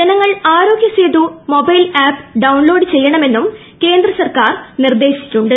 ജനങ്ങൾ Aarogya Setu mobile app download ചെയ്യണമെന്നും കേന്ദ്ര സർക്കാർ നിർദ്ദേശിച്ചിട്ടുണ്ട്